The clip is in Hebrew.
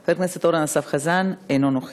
מוותר, חבר הכנסת אורן אסף חזן, אינו נוכח.